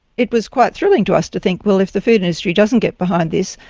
it was quite thrilling to us to think, well, if the food industry doesn't get behind this,